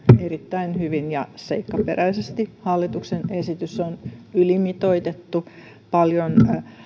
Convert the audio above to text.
erittäin hyvin ja seikkaperäisesti hallituksen esitys on ylimitoitettu paljon